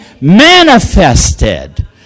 Manifested